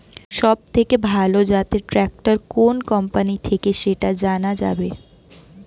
সবথেকে ভালো জাতের ট্রাক্টর কোন কোম্পানি থেকে সেটা জানা যাবে?